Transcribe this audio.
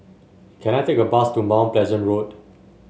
can I take a bus to Mount Pleasant Road